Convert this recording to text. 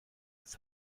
des